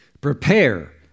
prepare